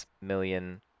million